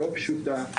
לא פשוטה,